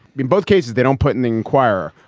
in both cases they don't put in the enquirer.